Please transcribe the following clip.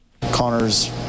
Connor's